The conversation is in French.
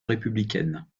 républicaine